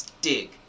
dig